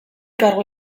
kargu